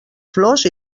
flors